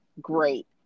great